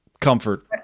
comfort